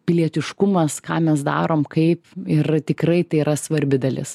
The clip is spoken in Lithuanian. pilietiškumas ką mes darom kaip ir tikrai tai yra svarbi dalis